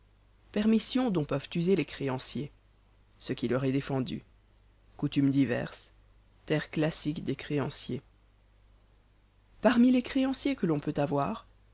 permission dont peuvent user les créanciers ce qui leur est défendu coutumes diverses terre classique des créanciers parmi les créanciers que l'on peut avoir